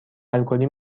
الکلی